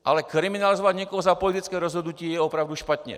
Ale kriminalizovat někoho za politické rozhodnutí je opravdu špatně.